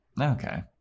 okay